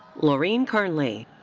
laurine karnley.